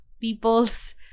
people's